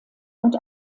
und